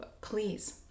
please